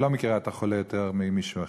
היא לא מכירה את החולה יותר ממישהו אחר.